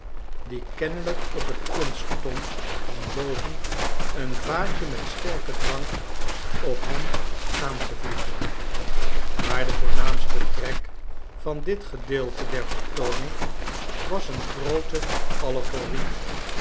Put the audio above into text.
die kennelijk op t punt stond van boven een vaatje met sterken drank op hem aan te vliegen maar de voornaamste trek van dit gedeelte der vertooning was een groote allegorie